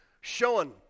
Showing